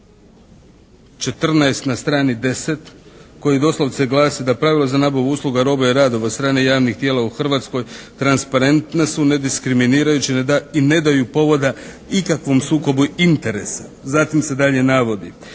14. na strani 10 koji doslovce glasi, da pravila za nabavu usluga, robe i radova od strane javnih tijela u Hrvatskoj transparentna su, nediskriminirajuća i ne daju povoda ikakvom sukobu interesa. Zatim se dalje navodi,